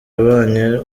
abanye